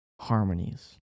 Harmonies